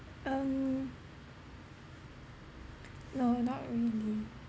um no not really